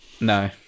No